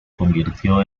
convirtió